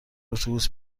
اتوبوس